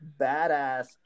badass